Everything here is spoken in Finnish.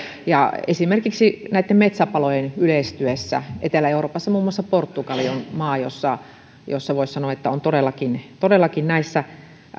esimerkiksi metsäpalojen yleistyessä etelä euroopassa muun muassa portugali on maa jossa voisi sanoa on todellakin todellakin